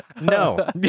no